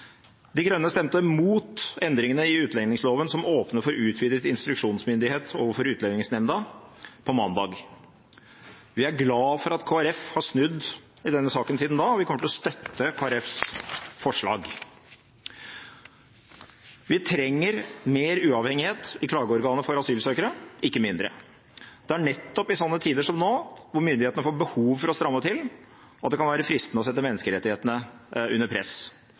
De Grønne stemte imot endringene i utlendingsloven som åpner for utvidet instruksjonsmyndighet overfor Utlendingsnemnda, på mandag. Vi er glad for at Kristelig Folkeparti har snudd i denne saken siden da, og vi kommer til å støtte Kristelig Folkepartis forslag. Vi trenger mer uavhengighet i klageorganet for asylsøkere, ikke mindre. Det er nettopp i slike tider som nå, hvor myndighetene får behov for å stramme til, at det kan være fristende å sette menneskerettighetene under press.